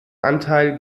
anteil